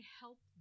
help